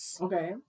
Okay